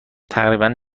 تقریبا